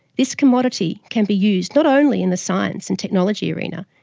this commodity can be used not only in the science and technology arena,